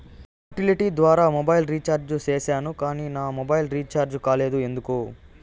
Utility ద్వారా mobile recharge సేసాను కానీ నా మొబైల్ రీచార్జి కాలేదు ఎందుకు?